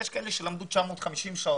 יש כאלה שלמדו 950 שעות,